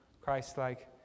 Christ-like